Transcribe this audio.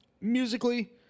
musically